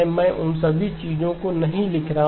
मैं उन सभी चीजों को नहीं लिख रहा हूं